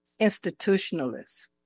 institutionalists